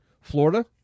Florida